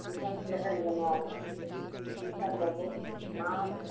शीशम की लकड़ी बनवाओ शीशम बबूल हाँ